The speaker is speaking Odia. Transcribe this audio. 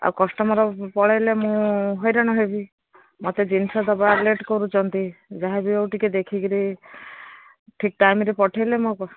ଆଉ କଷ୍ଟମର ପଳେଇଲେ ମୁଁ ହଇରାଣ ହେବି ମୋତେ ଜିନିଷ ଦେବା ଲେଟ୍ କରୁଛନ୍ତି ଯାହାବି ଆଉ ଟିକେ ଦେଖିକରି ଠିକ୍ ଟାଇମରେ ପଠେଇଲେ ମୋ